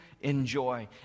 enjoy